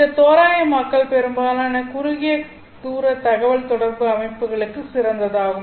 இந்த தோராயமாக்கல் பெரும்பாலான குறுகிய தூர தகவல் தொடர்பு அமைப்புகளுக்கு சிறந்ததாகும்